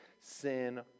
sin